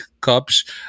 Cups